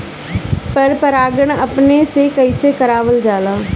पर परागण अपने से कइसे करावल जाला?